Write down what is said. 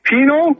Pino